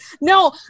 No